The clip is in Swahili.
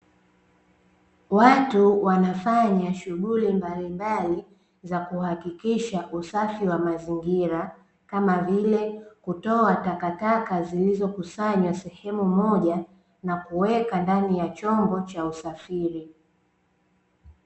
Watu wanafanya shughuli mbalimbali za kuhakikisha usafi wa mazingira kama vile kutoa takataka zilizokusanywa sehemu moja na kuweka ndani ya chombo cha usafiri .